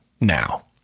now